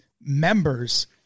members